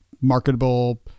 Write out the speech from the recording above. marketable